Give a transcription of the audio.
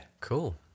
Cool